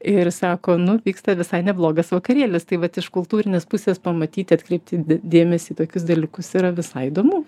ir sako nu vyksta visai neblogas vakarėlis tai vat iš kultūrinės pusės pamatyti atkreipti dėmesį į tokius dalykus yra visai įdomu